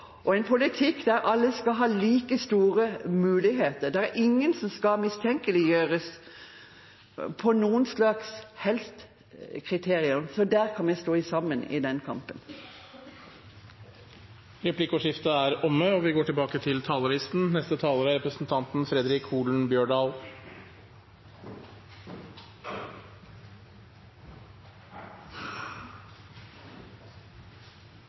med en politikk der alle skal ha like muligheter, og der ingen skal mistenkeliggjøres ut fra noe som helst kriterium. Så vi kan stå sammen i den kampen. Replikkordskiftet er omme.